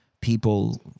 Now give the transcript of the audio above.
people